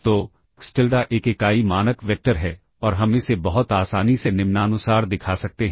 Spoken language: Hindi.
तो xTilda एक इकाई मानक वेक्टर है और हम इसे बहुत आसानी से निम्नानुसार दिखा सकते हैं